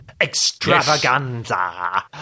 extravaganza